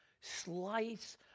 slice